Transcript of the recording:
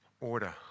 order